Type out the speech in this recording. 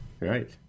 Right